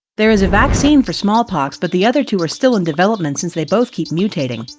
there is a vaccine for smallpox, but the other two are still in development since they both keep mutating.